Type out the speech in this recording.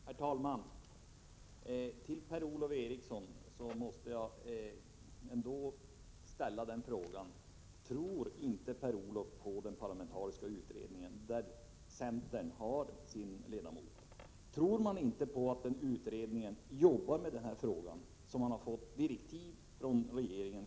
Herr talman! Tror inte Per-Ola Eriksson att den parlamentariska utredningen, i vilken centern har en representant, jobbar med den här frågan? Utredningen har ju fått klara direktiv från regeringen.